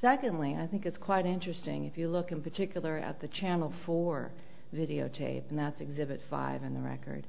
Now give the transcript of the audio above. secondly i think it's quite interesting if you look in particular at the channel four videotape and that's exhibit five in the record